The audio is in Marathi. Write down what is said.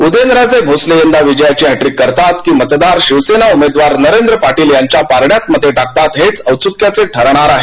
उदयनराजे यंदा विजयाची हॅटट्रीक करतात की मतदार शिवसेना उमेदवार नरेंद्र पाटील यांच्या पारड्यात मते टाकतात हे औत्स्युक्याचे ठरणार आहे